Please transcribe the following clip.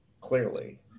clearly